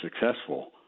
successful